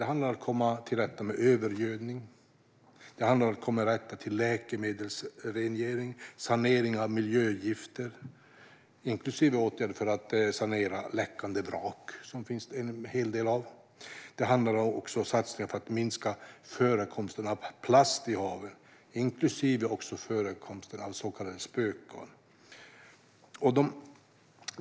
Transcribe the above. Det handlar om att komma till rätta med övergödning, läkemedelsrening, sanering av miljögifter - inklusive åtgärder för att sanera läckande vrak, som det finns en hel del av - och om åtgärder för att minska förekomsten av plast, också så kallade spöken.